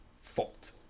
fault